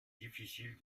difficile